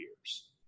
years